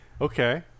Okay